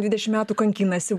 dvidešimt metų kankinasi